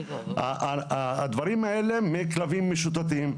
הדברים האלה מכלבים משוטטים.